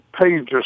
pages